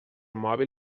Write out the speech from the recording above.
mòbil